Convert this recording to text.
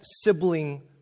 sibling